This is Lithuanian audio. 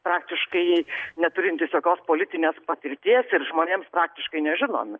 praktiškai neturintys jokios politinės patirties ir žmonėms praktiškai nežinomi